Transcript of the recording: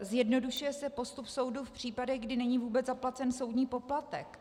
Zjednodušuje se postup soudu v případech, kdy není vůbec zaplacen soudní poplatek.